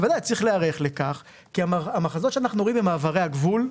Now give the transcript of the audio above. בוודאי צריך להיערך לכך כי המחזות שאנחנו רואים במעברי הגבול,